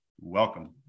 welcome